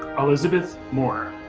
elisabeth moore.